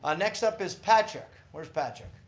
ah next up is patrick, where's patrick?